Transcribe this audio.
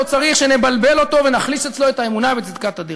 לא צריך שנבלבל אותו ונחליש אצלו את האמונה בצדקת הדרך.